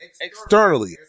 externally